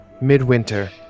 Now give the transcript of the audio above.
midwinter